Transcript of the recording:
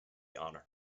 honour